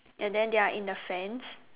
and then they are in the fence